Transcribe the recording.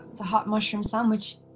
the hot mushroom sandwich,